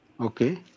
Okay